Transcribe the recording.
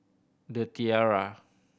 The Tiara